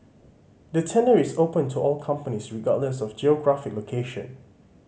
the tender is open to all companies regardless of geographic location